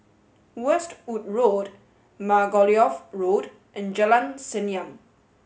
Westwood Road Margoliouth Road and Jalan Senyum